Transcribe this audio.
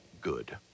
good